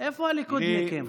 איפה הליכודניקים?